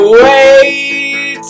wait